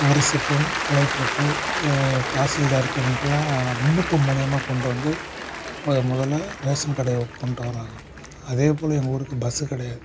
அரசுக்கும் கலெக்ட்ருக்கு தாசில்தார் இவங்களுக்குலாம் விண்ணப்பம் மூலிமா கொண்டு வந்து மொதல் முதல்ல ரேசன் கடையை கொண்டு வர்றாங்க அதேபோல் எங்கள் ஊருக்கு பஸ்ஸு கிடையாது